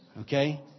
Okay